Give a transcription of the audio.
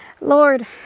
Lord